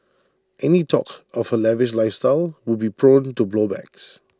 any talk of her lavish lifestyle would be prone to blow backs